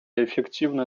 эффективны